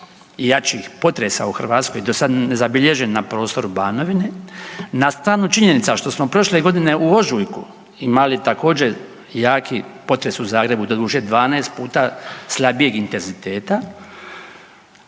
najjačih potresa u Hrvatskoj do sada nezabilježen na prostoru Banovine. Na stranu činjenica što smo prošle godine u ožujku imali također jaki potres u Zagrebu doduše 12 puta slabijeg intenziteta